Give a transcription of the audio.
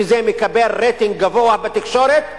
וזה מקבל רייטינג גבוה בתקשורת,